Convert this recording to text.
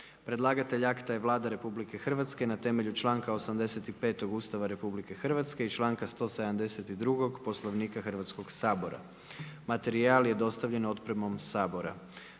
Predlagatelj je Vlada RH na temelju članka 85. Ustava Republike Hrvatske i članka 172. Poslovnika Hrvatskoga sabora. Materijal je dostavljen u pretince.